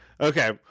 Okay